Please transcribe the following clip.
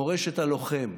מורשת הלוחם.